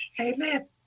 Amen